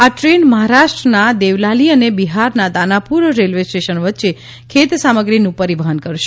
આ ટ્રેન મહારાષ્ટ્રના દેવલાલી અને બિહારના દાનાપુર રેલ્વે સ્ટેશન વચ્ચે ખેત સામગ્રીનું પરિવહન કરશે